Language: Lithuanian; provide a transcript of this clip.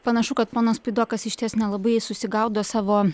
panašu kad ponas puidokas išties nelabai susigaudo savo